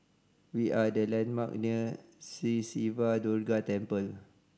we are the landmark near Sri Siva Durga Temple